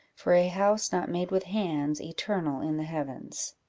for a house not made with hands, eternal in the heavens.